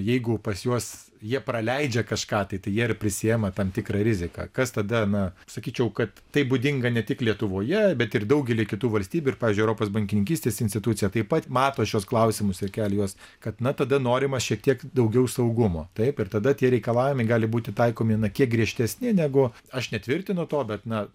jeigu pas juos jie praleidžia kažką tai tai jie ir prisiima tam tikrą riziką kas tada na sakyčiau kad tai būdinga ne tik lietuvoje bet ir daugelyje kitų valstybių ir pavyzdžiui europos bankninkystės institucija taip pat mato šiuos klausimus ir kelia juos kad na tada norima šiek tiek daugiau saugumo taip ir tada tie reikalavimai gali būti taikomi na kiek griežtesni negu aš netvirtinu to bet na